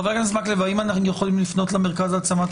חבר הכנסת מקלב, ואז מנכ"ל המרכז להעצמת